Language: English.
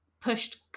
pushed